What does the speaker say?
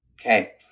Okay